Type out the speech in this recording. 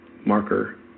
marker